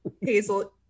Hazel